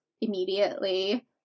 immediately